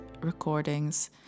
recordings